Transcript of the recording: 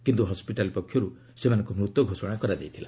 କିନ୍ତୁ ହସ୍କିଟାଲ ପକ୍ଷର୍ ସେମାନଙ୍କୁ ମୃତ ଘୋଷଣା କରାଯାଇଥିଲା